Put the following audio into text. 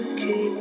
keep